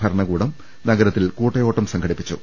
ഭരണകൂടം നഗരത്തിൽ കൂട്ടയോട്ടം സംഘടിപ്പിച്ചു